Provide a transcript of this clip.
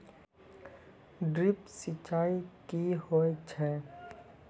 Drip सिंचाई कि होय छै?